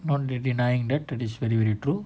not denying that to this very very true